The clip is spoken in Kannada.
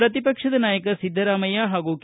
ಪ್ರತಿಪಕ್ಷದ ನಾಯಕ ಸಿದ್ದರಾಮಯ್ಯ ಹಾಗೂ ಕೆ